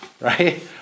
right